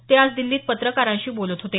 ते आज दिल्लीत पत्रकारांशी बोलत होते